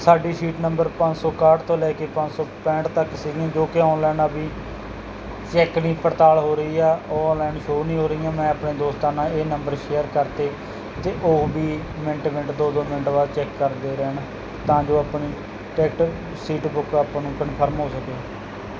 ਸਾਡੀ seat number ਪੰਜ ਸੌ ਇੱਕਾਹਠ ਤੋਂ ਲੈ ਕੇ ਪੰਜ ਸੌ ਪੈਂਹਠ ਤੱਕ ਸੀਗੀਆਂ ਜੋ ਕਿ ਓਨਲੈਨ ਵੀ ਸੀ ਇੰਝ ਪੜਤਾਲ ਹੋ ਰਹੀ ਹੈ ਓਨਲੈਨ ਸ਼ੋ ਨਹੀਂ ਹੋ ਰਹੀਆਂ ਮੈਂ ਆਪਣੇ ਦੋਸਤਾਂ ਨਾਲ ਇਹ ਨੰਬਰ ਸ਼ੇਅਰ ਕਰਤੇ ਅਤੇ ਉਹ ਵੀ ਮਿੰਟ ਮਿੰਟ ਦੋ ਦੋ ਮਿੰਟ ਬਾਅਦ ਚੈੱਕ ਕਰਦੇ ਰਹਿਣ ਤਾਂ ਜੋ ਆਪਣੀ ਟਿਕਟ ਸੀਟ ਬੁੱਕ ਆਪਾਂ ਨੂੰ ਕਨਫਰਮ ਹੋ ਸਕੇ